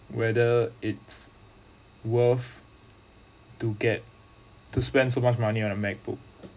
whether it's worth to get to spend so much money on a macbook